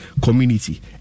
community